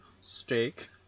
Steak